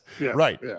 right